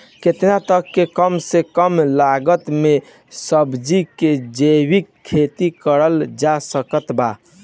केतना तक के कम से कम लागत मे सब्जी के जैविक खेती करल जा सकत बा?